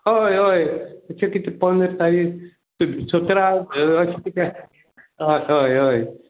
हय हय अशें कितें पंद्र तारीख सतरा अशें कितें हय हय हय